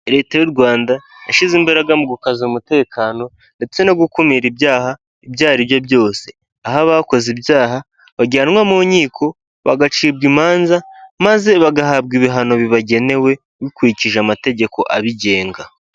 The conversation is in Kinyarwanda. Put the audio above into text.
Leta y'u Rwanda yashyize imbaraga mu gukaza umutekano ndetse no gukumira ibyaha ibyo ari byo byose, aho abakoze ibyaha bajyanwa mu nkiko bagacibwa imanza maze bagahabwa ibihano bibagenewe bikurikije amategeko abigenga.